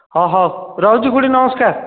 ହଉ ରହୁଛି ଖୁଡ଼ି ନମସ୍କାର